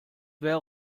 wäre